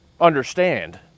understand